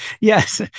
Yes